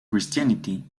christianity